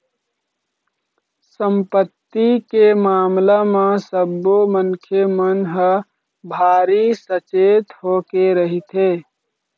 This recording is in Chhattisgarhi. संपत्ति के मामला म सब्बो मनखे मन ह भारी सचेत होके रहिथे